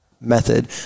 method